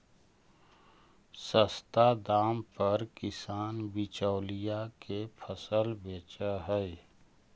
सस्ता दाम पर किसान बिचौलिया के फसल बेचऽ हइ